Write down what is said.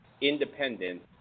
independent